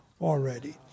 already